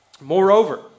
moreover